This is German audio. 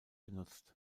benutzt